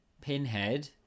Pinhead